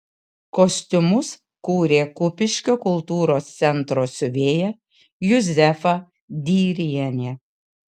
kostiumus kūrė kupiškio kultūros centro siuvėja juzefa dyrienė